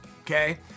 okay